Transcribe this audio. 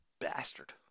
Bastard